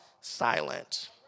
silent